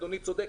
אדוני צודק,